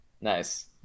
Nice